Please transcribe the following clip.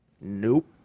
Nope